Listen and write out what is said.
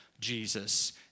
Jesus